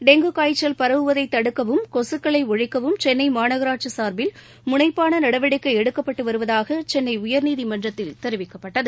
dengue காய்ச்சல் பரவுவதை தடுக்கவும் கொக்களை ஒழிக்கவும் சென்ளை மாநகராட்சி சார்பில் முனைப்பான நடவடிக்கை எடுக்கப்பட்டு வருவதாக சென்னை உயர்நீதிமன்றத்தில் தெரிவிக்கப்பட்டது